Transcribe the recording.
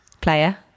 Player